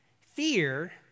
fear